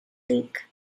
link